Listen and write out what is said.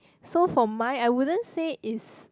so for mine I wouldn't say it's